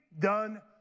done